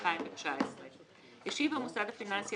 באייר התשע"ט (21 במאי 2019); השיב המוסד הפיננסי